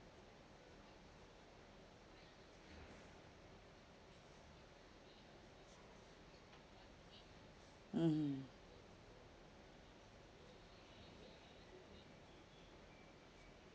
mmhmm